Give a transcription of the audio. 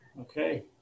Okay